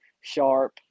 sharp